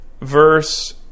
verse